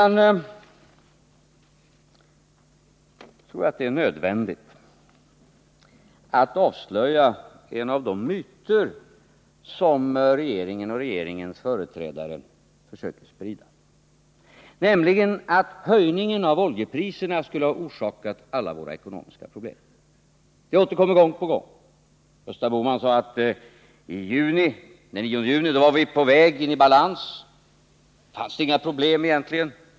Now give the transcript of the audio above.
Jag tror att det är nödvändigt att avslöja en av de myter som regeringen och dess företrädare försöker sprida, nämligen att höjningen av oljepriserna skulle ha orsakat alla våra ekonomiska problem. Detta återkommer jag till gång på gång. Gösta Bohman sade att den 9 juni var vi på väg in i balans, då fanns det egentligen inga problem.